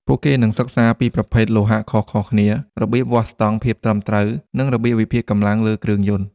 ពួកគេនឹងសិក្សាពីប្រភេទលោហៈខុសៗគ្នា របៀបវាស់ស្ទង់ភាពត្រឹមត្រូវ និងរបៀបវិភាគកម្លាំងលើគ្រឿងយន្ត។